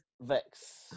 Vex